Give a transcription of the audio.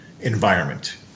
environment